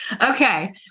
Okay